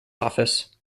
office